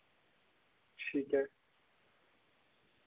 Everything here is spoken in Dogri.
ठीक ऐ